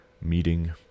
meeting